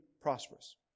prosperous